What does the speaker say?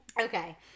okay